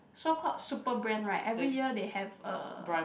so called super brand right every year they have a